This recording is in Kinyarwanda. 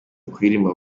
kuririmba